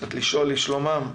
לשאול לשלומם.